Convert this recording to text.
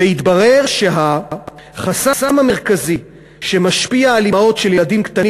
והתברר שהחסם המרכזי שמשפיע על אימהות לילדים קטנים